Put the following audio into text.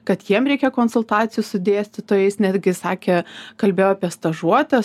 kad jiem reikia konsultacijų su dėstytojais netgi sakė kalbėjo apie stažuotes